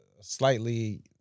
slightly